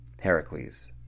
Heracles